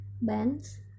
bands